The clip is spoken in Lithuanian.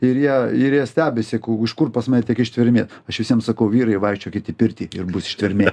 ir jie ir jie stebisi iš kur pas mane tiek ištvermės aš visiems sakau vyrai vaikščiokit į pirtį ir bus ištvermė